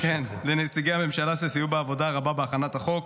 -- לנציגי הממשלה שסייעו בעבודה הרבה בהכנת החוק,